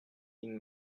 vin